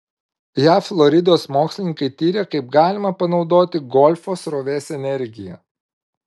jav floridos mokslininkai tiria kaip galima panaudoti golfo srovės energiją